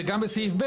וגם בסעיף (ב),